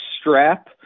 strap